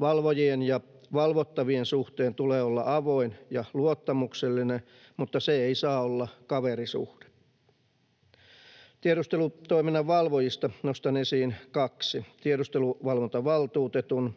Valvojien ja valvottavien suhteen tulee olla avoin ja luottamuksellinen, mutta se ei saa olla kaverisuhde. Tiedustelutoiminnan valvojista nostan esiin kaksi: tiedusteluvalvontavaltuutetun